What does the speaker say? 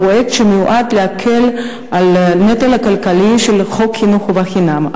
פרויקט שמיועד להקל את הנטל הכלכלי של חוק חינוך חובה חינם.